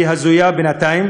שהיא הזויה בינתיים,